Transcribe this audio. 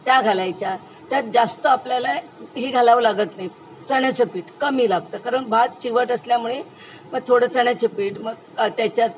त्या घालायच्या त्यात जास्त आपल्याला ही घालावं लागत नाही चण्याचं पीठ कमी लागतं कारण भात चिवट असल्यामुळे मग थोडं चण्याचं पीठ मग त्याच्यात